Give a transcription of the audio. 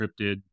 encrypted